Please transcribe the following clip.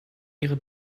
ihre